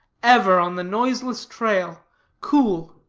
ever on the noiseless trail cool,